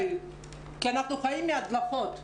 כי אנחנו חיים מהדלפות,